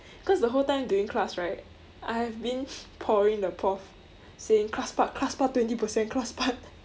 cause the whole time during class right I've been poring the prof saying class part class part twenty percent class part